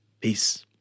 Peace